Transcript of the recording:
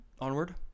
Onward